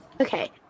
Okay